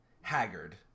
haggard